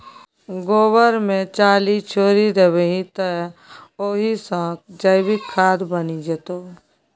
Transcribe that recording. गोबर मे चाली छोरि देबही तए ओहि सँ जैविक खाद बनि जेतौ